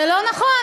זה לא נכון.